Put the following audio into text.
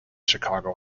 chicago